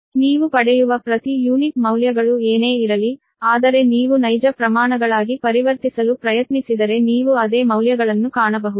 ನೀವು ಪಡೆಯುವ ಪ್ರತಿ ಯೂನಿಟ್ ಮೌಲ್ಯಗಳು ಏನೇ ಇರಲಿ ಆದರೆ ನೀವು ನೈಜ ಪ್ರಮಾಣಗಳಾಗಿ ಪರಿವರ್ತಿಸಲು ಪ್ರಯತ್ನಿಸಿದರೆ ನೀವು ಅದೇ ಮೌಲ್ಯಗಳನ್ನು ಕಾಣಬಹುದು